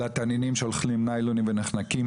לתנינים שאוכלים ניילונים ונחנקים,